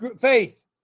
faith